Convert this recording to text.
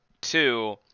Two